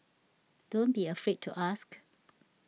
don't be afraid to ask